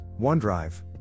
OneDrive